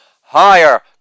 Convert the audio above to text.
higher